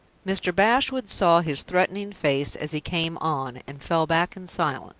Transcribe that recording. mr. bashwood saw his threatening face as he came on, and fell back in silence.